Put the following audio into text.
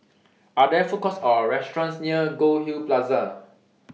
Are There Food Courts Or restaurants near Goldhill Plaza